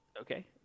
Okay